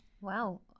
Wow